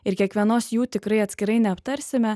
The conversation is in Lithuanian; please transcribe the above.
ir kiekvienos jų tikrai atskirai neaptarsime